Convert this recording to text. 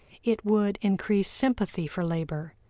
it would increase sympathy for labor,